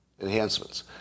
Enhancements